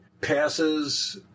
passes